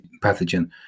pathogen